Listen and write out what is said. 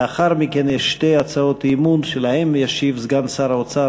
לאחר מכן יש שתי הצעות אי-אמון שעליהן ישיב סגן שר האוצר,